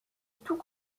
tous